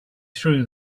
threw